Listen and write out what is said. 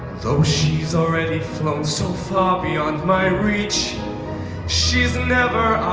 so she's already flown so far beyond my reach she's never